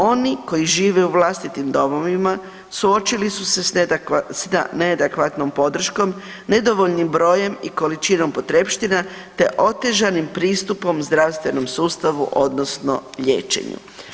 Oni koji žive u vlastitim domovima suočili su s neadekvatnom podrškom, nedovoljnim brojem i količinom potrepština te otežanim pristupom zdravstvenom sustavu odnosno liječenju.